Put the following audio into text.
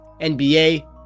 NBA